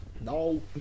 no